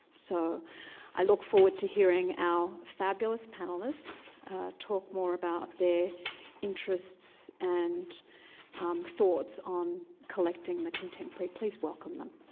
so i look forward to hearing our fabulous panelists talk more about their interests and thoughts on collecting the contemporary. please welcome them.